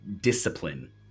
discipline